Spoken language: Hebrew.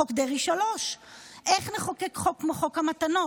חוק דרעי 3. איך נחוקק חוק כמו חוק המתנות?